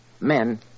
Men